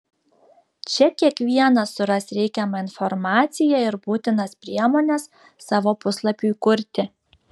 čia kiekvienas suras reikiamą informaciją ir būtinas priemones savo puslapiui kurti